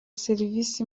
serivisi